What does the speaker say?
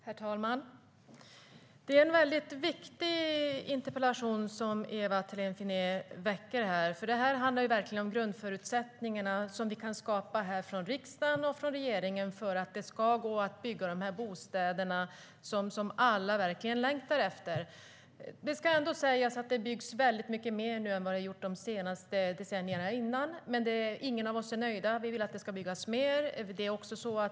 Herr talman! Det är en viktig interpellation som Ewa Thalén Finné har väckt. Den handlar om de grundförutsättningar som riksdagen och regeringen kan skapa för att det ska gå att bygga de bostäder som alla längtar efter. Det ska ändå sägas att det byggs mycket mer nu än under de senaste decennierna. Ingen av oss är dock nöjda, utan vi vill att det ska byggas mer.